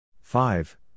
Five